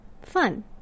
fun